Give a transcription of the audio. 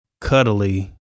cuddly